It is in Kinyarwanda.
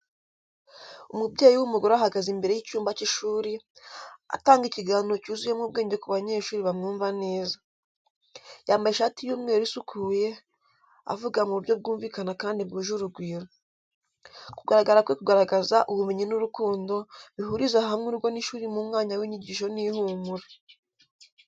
Umubyeyi w’umugore ahagaze imbere y’icyumba cy’ishuri, atanga ikiganiro cyuzuyemo ubwenge ku banyeshuri bamwumva neza. Yambaye ishati y’umweru isukuye, avuga mu buryo bwumvikana kandi bwuje urugwiro. Kugaragara kwe kugaragaza ubumenyi n’urukundo, bihuriza hamwe urugo n’ishuri mu mwanya w’inyigisho n’ihumure.